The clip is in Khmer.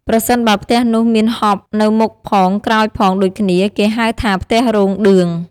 ប្រសិនបើផ្ទះនោះមានហប់នៅមុខផងក្រោយផងដូចគ្នា គេហៅថាផ្ទះរោង ឌឿង។